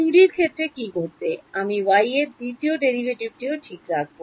2 D ক্ষেত্রে কী ঘটবে আমি y এর দ্বিতীয় ডেরিভেটিভও ঠিক রাখব